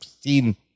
seen